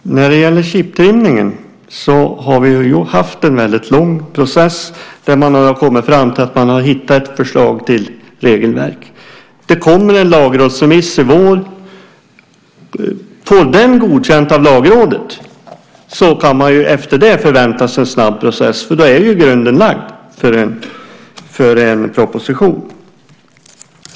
Herr talman! När det gäller chiptrimningen har vi haft en lång process, och man har nu kommit fram till ett förslag till regelverk. Det kommer en lagrådsremiss i vår. Om förslaget får godkänt av Lagrådet kan vi därefter förvänta oss en snabb process, för då är ju grunden lagd för en proposition.